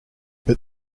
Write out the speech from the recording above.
but